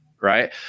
right